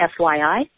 FYI